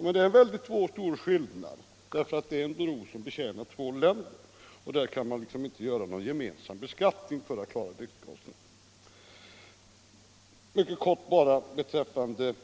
Men det är ju en väldig skillnad, eftersom den bron — om den kommer till stånd — betjänar två olika länder. Där kan man alltså inte ha en gemensam beskattning för att betala driftkostnaderna. Mycket kortfattat bara beträffande